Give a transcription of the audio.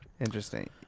Interesting